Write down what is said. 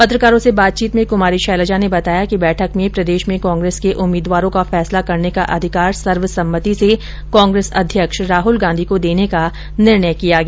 पत्रकारों से बातचीत में कमारी शैलेजा ने बताया कि बैठक में प्रदेश में कांग्रेस के उम्मीदवारों का फैसला करने का अधिकार सर्वसम्मति से कांग्रेस अध्यक्ष राहल गांधी को देने का निर्णय किया गया